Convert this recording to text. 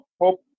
hope